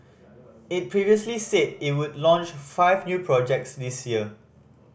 it previously said it would launch five new projects this year